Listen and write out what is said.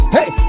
Hey